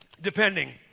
Depending